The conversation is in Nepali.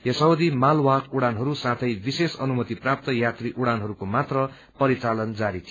यस अवधि मालवाहक उड़ानहरू साथै विशेष अनुमति प्राप्त यात्री उड़ानहरूको मात्र परिचालन जारी थियो